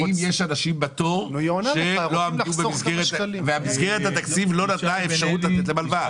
האם יש אנשים בתור ומסגרת התקציב לא נתנה אפשרות לתת להם הלוואה?